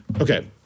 okay